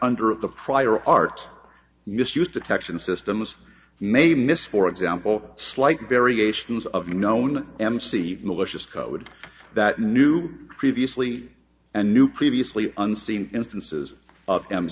under of the prior art misuse detection systems may miss for example slight variations of known mc malicious code that new previously and new previously unseen instances of